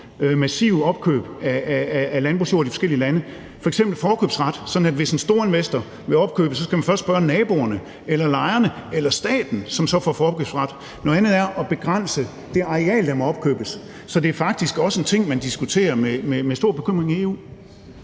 massive opkøb af landbrugsjord i de forskellige lande, f.eks. forkøbsret, sådan at hvis en storinvestor vil opkøbe, skal man først spørge naboerne eller lejerne eller staten, som så får forkøbsret. Noget andet er at begrænse det areal, der må opkøbes. Så det er faktisk også en ting, man diskuterer med stor bekymring i EU.